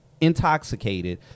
intoxicated